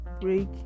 break